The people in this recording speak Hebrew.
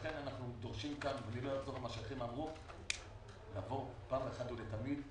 לכן אנחנו דורשים לסיים את הסאגה הזאת פעם אחת ולתמיד,